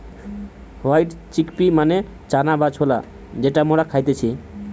white chickpea মানে চানা বা ছোলা যেটা মরা খাইতেছে